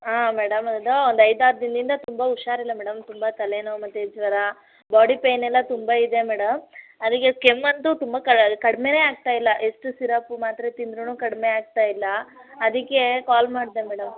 ಹಾಂ ಮೇಡಮ್ ಅದು ಒಂದು ಐದಾರು ದಿನದಿಂದ ತುಂಬ ಹುಷಾರಿಲ್ಲ ಮೇಡಮ್ ತುಂಬ ತಲೆನೋವು ಮತ್ತು ಜ್ವರ ಬಾಡಿ ಪೈನೆಲ್ಲ ತುಂಬ ಇದೆ ಮೇಡಮ್ ಅದಕ್ಕೆ ಕೆಮ್ಮಂತೂ ತುಂಬ ಕಡಿಮೆನೇ ಆಗ್ತಾ ಇಲ್ಲ ಎಷ್ಟು ಸಿರಪು ಮಾತ್ರೆ ತಿಂದ್ರೂ ಕಡಿಮೆ ಆಗ್ತಾ ಇಲ್ಲ ಅದಕ್ಕೆ ಕಾಲ್ ಮಾಡಿದೆ ಮೇಡಮ್